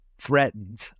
threatened